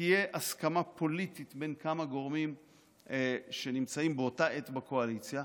תהיה הסכמה פוליטית בין כמה גורמים שנמצאים באותה עת בקואליציה,